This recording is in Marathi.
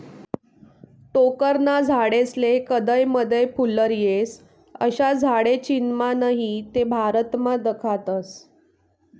टोक्करना झाडेस्ले कदय मदय फुल्लर येस, अशा झाडे चीनमा नही ते भारतमा दखातस